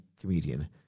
comedian